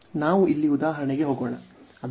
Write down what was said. ಆದ್ದರಿಂದ ನಾವು ಈ